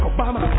Obama